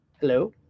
Hello